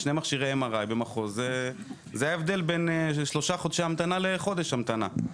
שני מכשירי MRI במחוז זה ההבדל בין שלושה חודשי המתנה לחודש המתנה.